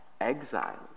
exiles